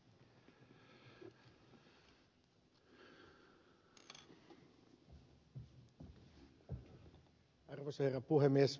arvoisa herra puhemies